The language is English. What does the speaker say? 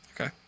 okay